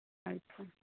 ᱟᱪᱪᱷᱟ